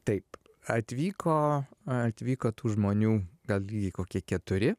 taip atvyko atvyko tų žmonių gal kokie keturi